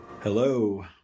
Hello